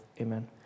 Amen